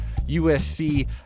USC